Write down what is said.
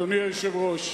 אדוני היושב-ראש,